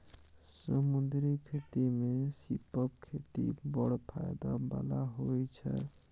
समुद्री खेती मे सीपक खेती बड़ फाएदा बला होइ छै